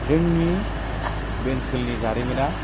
जोंनि बे ओनसोलनि जारिमिना